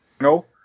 No